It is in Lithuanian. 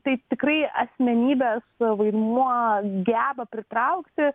tai tikrai asmenybės vaidmuo geba pritraukti